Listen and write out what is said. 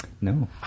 No